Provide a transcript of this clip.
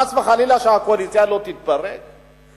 חס וחלילה שהקואליציה לא תתפרק,